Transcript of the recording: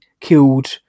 killed